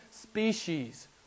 species